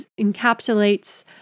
encapsulates